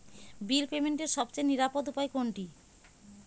বিল পেমেন্টের সবচেয়ে নিরাপদ উপায় কোনটি?